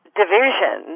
division